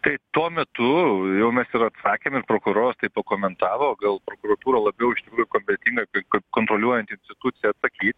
tai tuo metu jau mes ir atsakėm ir prokuroras tai pakomentavo gal prokuratūra labiau iš tikrųjų kompetetinga kontroliuojanti institucija atsakyt